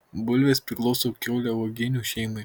bulvės priklauso kiauliauoginių šeimai